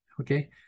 okay